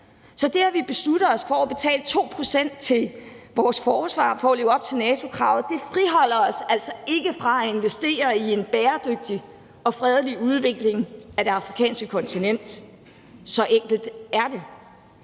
så vi har besluttet os for at betale 2 pct. til vores forsvar for at leve op til NATO-kravet, men det friholder os altså ikke fra at investere i en bæredygtig og fredelig udvikling af det afrikanske kontinent. Så enkelt er det.